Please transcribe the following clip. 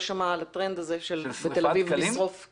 שמע את הטרנד הזה בתל אביב לשרוף דקלים.